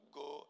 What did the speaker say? go